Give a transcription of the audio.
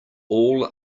all